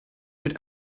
mit